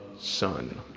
son